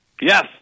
Yes